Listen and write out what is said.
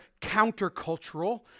countercultural